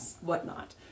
whatnot